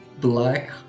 Black